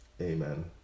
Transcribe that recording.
Amen